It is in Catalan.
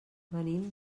venim